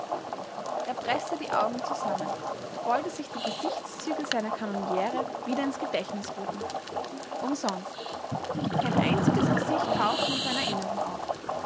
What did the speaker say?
er preßte die augen zusammen wollte sich die gesichtszüge seiner kanoniere wieder ins gedächtnis rufen umsonst kein einziges gesicht tauchte in seiner erinnerung auf